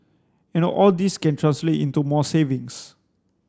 and all this can translate into more savings